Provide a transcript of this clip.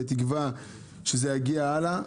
בתקווה שזה ימשיך הלאה.